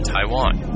Taiwan